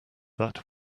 that